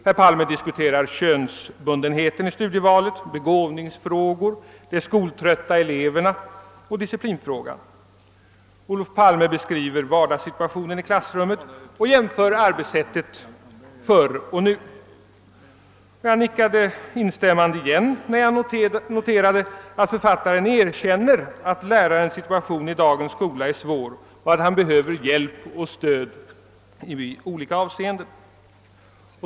Olof Palme diskuterar könsbundenheten i studievalet, begåvningsfrågor, de skoltrötta eleverna och disciplinfrågan. Olof Palme beskriver också vardagssituationen i klassrummet och jämför arbetssättet förr och nu. Jag nickade återigen instämmande när jag noterade att författaren erkänner att lärarens situation i dagens skola är svår och att han behöver stöd och hjälp i olika avseenden.